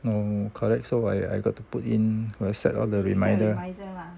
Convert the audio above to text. no correct so I I got to put in a set of the reminder